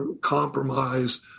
compromise